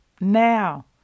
Now